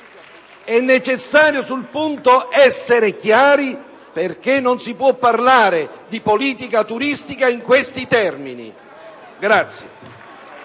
È necessario sul punto essere chiari, perché non si può parlare di politica turistica in questi termini.